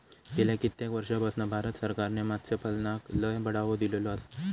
गेल्या कित्येक वर्षापासना भारत सरकारने मत्स्यपालनाक लय बढावो दिलेलो आसा